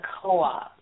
co-op